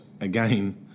again